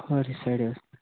کھوورِ سایڈٕ حظ